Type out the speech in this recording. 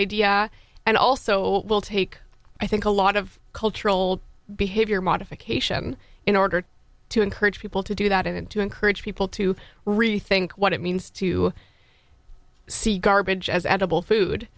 idea and also will take i think a lot of cultural behavior modification in order to encourage people to do that and to encourage people to rethink what it means to see garbage as edible food